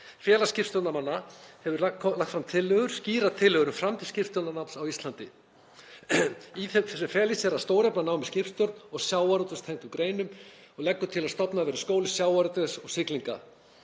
Félag skipstjórnarmanna hefur lagt fram tillögur, skýrar tillögur, um framtíð skipstjórnarnáms á Íslandi sem fela í sér að stórefla nám í skipstjórn og sjávarútvegstengdum greinum og leggur til að stofnaður verði skóli sjávarútvegs og siglinga.